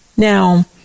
Now